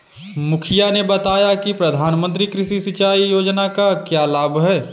मुखिया ने बताया कि प्रधानमंत्री कृषि सिंचाई योजना का क्या लाभ है?